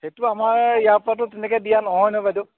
সেইটো আমাৰ ইয়াৰ পৰাতো তেনেকৈ দিয়া নহয় নহয় বাইদেউ